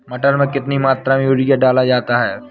मटर में कितनी मात्रा में यूरिया डाला जाता है?